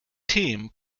team